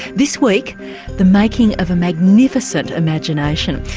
this week the making of a magnificent imagination.